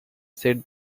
said